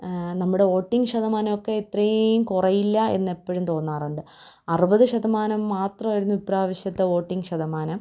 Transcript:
നമ്മുടെ വോട്ടിങ്ങ് ശതമാനമൊക്കെ ഇത്രയും കുറയില്ല എന്നെപ്പോഴും തോന്നാറുണ്ട് അറുപത് ശതമാനം മാത്രമായിരുന്നു ഇപ്രാവശ്യത്തെ വോട്ടിങ്ങ് ശതമാനം